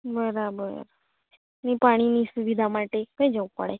બરાબર ને પાણીની સુવિધા માટે ક્યાં જવું પડે